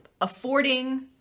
affording